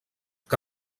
que